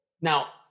Now